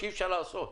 לעשות.